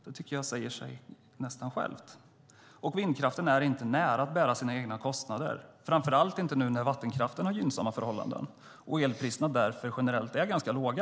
Det säger sig nästan självt. Vindkraften är inte nära att bära sina egna kostnader, framför allt inte nu när vattenkraften har gynnsamma förhållanden och elpriserna därför generellt är ganska låga.